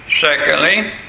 Secondly